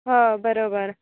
હં બરાબર